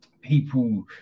people